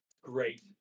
Great